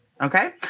Okay